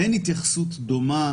אין התייחסות דומה